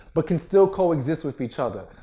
but can still coexist with each other.